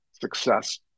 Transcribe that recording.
Success